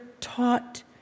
taught